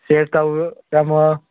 set ꯇꯧꯔꯝꯃꯣ